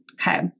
okay